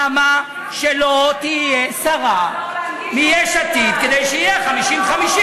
למה שלא תהיה שרה מיש עתיד כדי שיהיה 50 50?